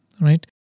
right